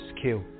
skill